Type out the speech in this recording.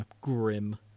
grim